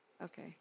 Okay